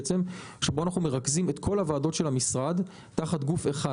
שבו אנחנו מרכזים את כל הוועדות של המשרד תחת גוף אחד.